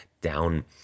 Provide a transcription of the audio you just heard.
down